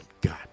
God